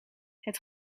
het